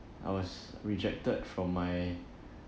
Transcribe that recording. I was rejected from my